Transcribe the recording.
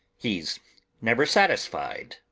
he's never satisfied!